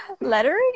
Lettering